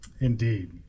Indeed